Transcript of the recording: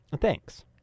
Thanks